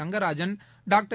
Rangarajan doctor